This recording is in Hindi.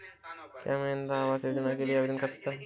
क्या मैं इंदिरा आवास योजना के लिए आवेदन कर सकता हूँ?